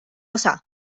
osa